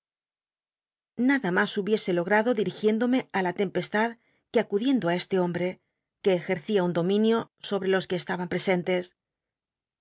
nada mas hnbicse logrado diigiénd ome ú la tempestad que acudiendo i este hombe que ejercía tm dominio sobre los que estaban presentes